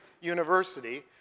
university